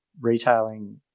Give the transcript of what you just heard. retailing